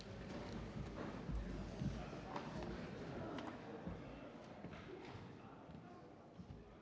Tak